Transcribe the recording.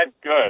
good